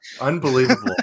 unbelievable